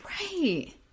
Right